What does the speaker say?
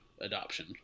adoption